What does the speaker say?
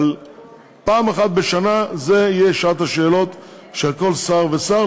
אבל פעם אחת בשנה זאת תהיה שעת השאלות של כל שר ושר,